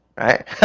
right